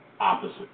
opposite